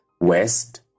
west